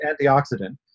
antioxidant